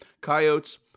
Coyotes